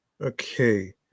okay